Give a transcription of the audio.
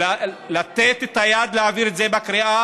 מועאוויה כבהה,